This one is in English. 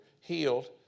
healed